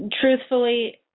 truthfully